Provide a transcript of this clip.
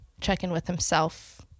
check-in-with-himself